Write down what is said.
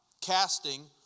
casting